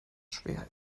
schwer